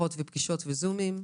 שיחות ופגישות וזומים,